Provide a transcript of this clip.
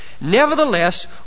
Nevertheless